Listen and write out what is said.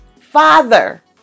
father